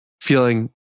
feeling